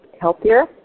healthier